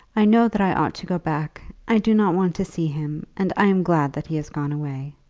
i know that i ought to go back. i do not want to see him, and i am glad that he has gone away.